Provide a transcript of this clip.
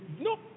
No